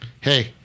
Hey